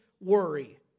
worry